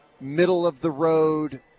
middle-of-the-road